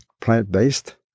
plant-based